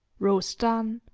rose dunn,